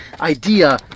idea